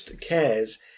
cares